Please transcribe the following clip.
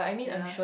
yea